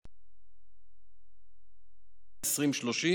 הבריאות העולמי להביא למיגור מחלת ההפטיטיס עד 2030,